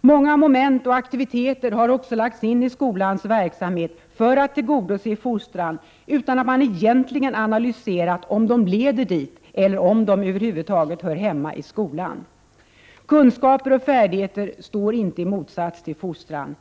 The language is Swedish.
Många moment och aktiviteter har lagts in i skolans verksamhet för att tillgodose fostran, utan att man egentligen analyserat om de leder dit eller om de över huvud taget hör hemma i skolan. Kunskaper och färdigheter står inte i motsats till fostran.